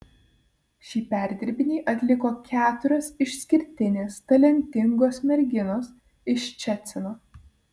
šį perdirbinį atliko keturios išskirtinės talentingos merginos iš ščecino